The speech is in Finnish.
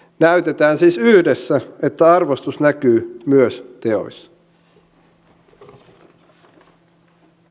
näytetään siis yhdessä että arvostus näkyy myös teoissa